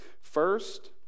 First